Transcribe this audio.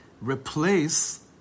replace